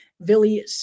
Vili